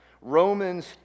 Romans